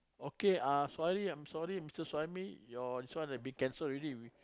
okay ah sorry I'm sorry Mister Suhaimi your this one been cancelled already